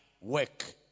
work